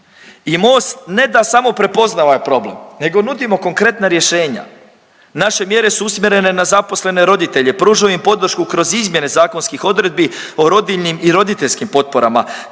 I Most ne samo da prepoznava ovaj problem nego nudimo konkretna rješenja, naše mjere su usmjerene na zaposlene roditelje, pružaju im podršku kroz izmjene zakonskih odredbi o rodiljnim i roditeljskim potporama